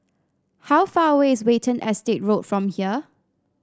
how far away is Watten Estate Road from here